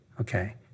okay